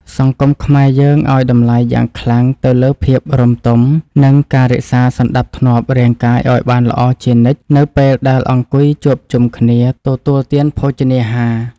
សង្គមខ្មែរយើងឱ្យតម្លៃយ៉ាងខ្លាំងទៅលើភាពរម្យទម និង ការរក្សាសណ្តាប់ធ្នាប់រាងកាយឱ្យបានល្អជានិច្ចនៅពេលដែលអង្គុយជួបជុំគ្នាទទួលទានភោជនាហារ។